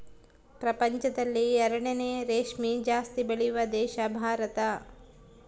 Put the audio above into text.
ಪ್ರಪಂಚದಲ್ಲಿ ಎರಡನೇ ರೇಷ್ಮೆ ಜಾಸ್ತಿ ಬೆಳೆಯುವ ದೇಶ ಭಾರತ